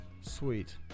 Sweet